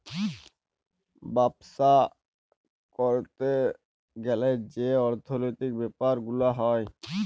বাপ্সা ক্যরতে গ্যালে যে অর্থলৈতিক ব্যাপার গুলা হ্যয়